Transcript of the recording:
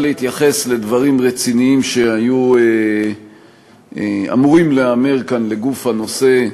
להתייחס לדברים רציניים שהיו אמורים להיאמר כאן לגוף הנושא.